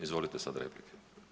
Izvolite sada replike.